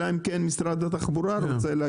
אלא אם כן משרד התחבורה רוצה להגיד משהו.